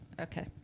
Okay